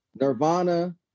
Nirvana